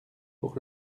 pour